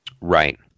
right